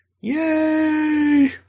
Yay